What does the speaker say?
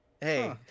Hey